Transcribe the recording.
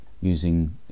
using